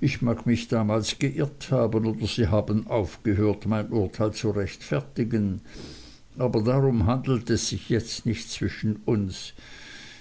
ich mag mich damals geirrt haben oder sie haben aufgehört mein urteil zu rechtfertigen aber darum handelt es sich jetzt nicht zwischen uns